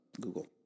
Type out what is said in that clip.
Google